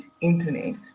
internet